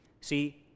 See